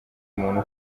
umuntu